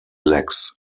lacks